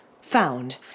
found